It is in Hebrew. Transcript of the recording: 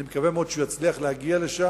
אני מקווה מאוד שהוא יצליח להגיע לשם.